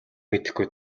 мэдэхгүй